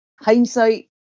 Hindsight